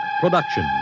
production